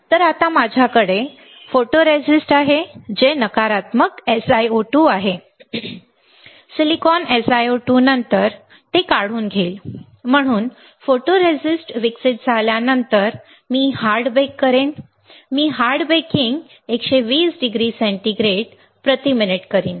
तर आता माझ्याकडे फोटोरिस्टिस्ट आहे जे नकारात्मक SiO2 आहे सिलिकॉन SiO2 त्यानंतर मी काढून घेईन म्हणून फोटोरेस्टिस्ट विकसित झाल्यानंतर मी हार्ड बेक करेन मी हार्ड बेकिंग 120 डिग्री सेंटीग्रेड प्रति मिनिट करीन